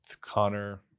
Connor